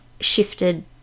shifted